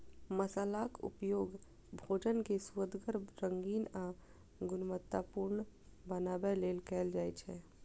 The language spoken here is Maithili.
मसालाक उपयोग भोजन कें सुअदगर, रंगीन आ गुणवतत्तापूर्ण बनबै लेल कैल जाइ छै